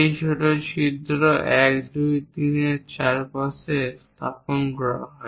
এই ছোট ছিদ্র 1 2 3 এর চারপাশে স্থাপন করা হয়